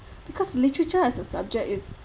because literature as a subject is